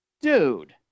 dude